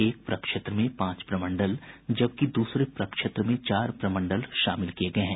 एक प्रक्षेत्र में पांच प्रमंडल जबकि द्रसरे प्रक्षेत्र में चार प्रमंडल शामिल किये गये हैं